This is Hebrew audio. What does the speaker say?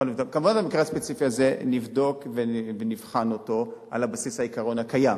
מובן שאת המקרה הספציפי הזה נבדוק ונבחן על בסיס העיקרון הקיים,